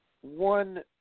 one